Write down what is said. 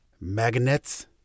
Magnets